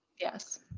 Yes